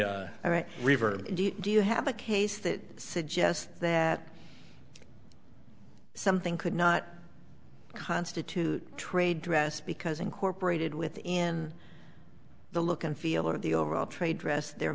mean river do you have a case that suggests that something could not constitute trade dress because incorporated within the look and feel of the overall trade dress there